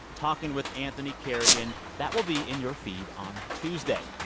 talking with anthony carrigan. that will be in your feed on tuesday.